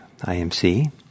IMC